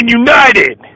united